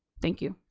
thank you.